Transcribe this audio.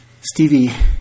Stevie